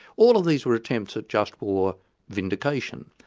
all of these were attempts at just war vindication.